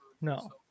No